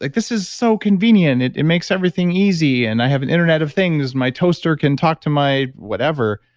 like this is so convenient. it it makes everything easy. and i have an internet of things. my toaster can talk to my whatever.